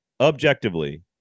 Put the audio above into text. objectively